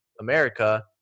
America